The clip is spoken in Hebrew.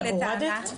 רגע, הורדת?